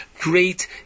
great